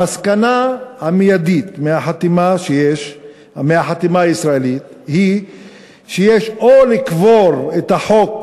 המסקנה המיידית מהחתימה הישראלית היא שיש או לקבור את החוק,